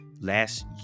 last